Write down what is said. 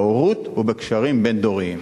בהורות ובקשרים בין-דוריים.